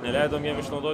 neleidome jiem išnaudot